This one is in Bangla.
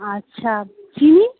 আচ্ছা ঘি